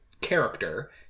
character